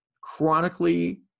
chronically